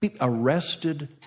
arrested